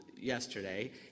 yesterday